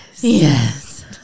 yes